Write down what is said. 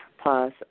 Plus